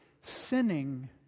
sinning